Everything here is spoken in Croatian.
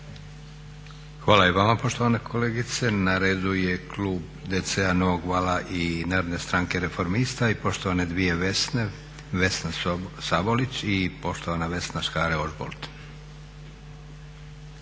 Hvala i vama poštovane kolegice. Na redu je klub DC-a, Novog vala i Narodne stranke reformista i poštovane dvije Vesne. Vesna Sabolić i poštovana Vesna Škare-Ožbolt.